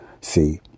See